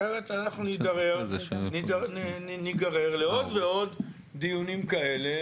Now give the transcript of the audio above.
אחרת אנחנו ניגרר לעוד ועוד דיונים כאלה,